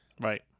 Right